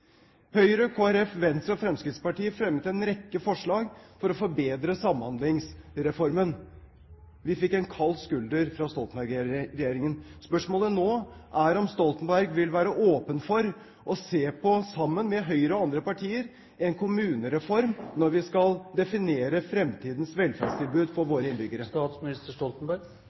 Høyre, Kristelig Folkeparti, Venstre og Fremskrittspartiet fremmet en rekke forslag for å forbedre Samhandlingsreformen. Vi fikk en kald skulder fra Stoltenberg-regjeringen. Spørsmålet nå er om Stoltenberg vil være åpen for å se på, sammen med Høyre og andre partier, en kommunereform når vi skal definere fremtidens velferdstilbud for våre innbyggere.